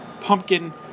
pumpkin